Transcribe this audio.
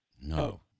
No